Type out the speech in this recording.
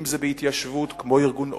אם זה בהתיישבות כמו ארגון "אור",